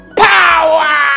power